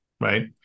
Right